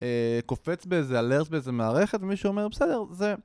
קופץ באיזה אלרט באיזה מערכת, ומישהו אומר בסדר, זה...